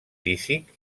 físic